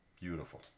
Beautiful